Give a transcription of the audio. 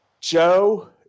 Joe